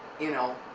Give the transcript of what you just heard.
you know,